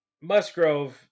Musgrove